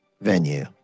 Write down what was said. venue